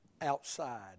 outside